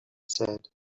said